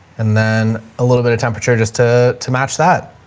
and then a little bit of temperature just to, to match that.